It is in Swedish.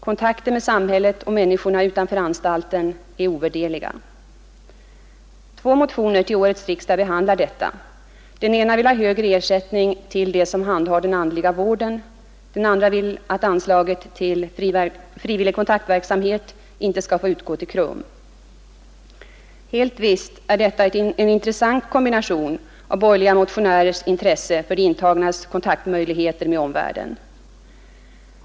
Kontakter med samhället och människorna utanför anstalten är ovärderliga. Två motioner till årets riksdag behandlar detta. Den ena vill ha högre ersättning till dem som handhar den andliga vården. Den andra vill att anslaget till frivillig kontaktverksamhet inte skall få utgå till KRUM. Helt visst är detta en intressant kombination av borgerliga motionärers intresse för de intagnas möjligheter till kontakt med omvärlden.